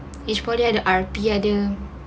each poly ada R_P ada